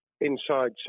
inside